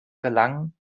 gelangen